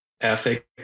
ethic